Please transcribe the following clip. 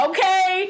Okay